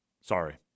Sorry